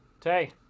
Tay